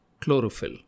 chlorophyll